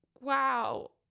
wow